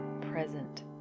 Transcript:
present